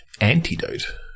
Antidote